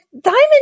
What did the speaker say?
Diamond